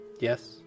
Yes